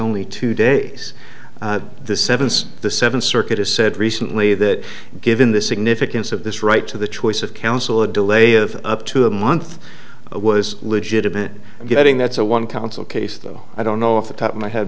only two days the seventh the seventh circuit has said recently that given the significance of this right to the choice of counsel a delay of up to a month was legitimate and getting that's a one counsel case though i don't know off the top of my head